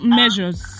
measures